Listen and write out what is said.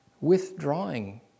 withdrawing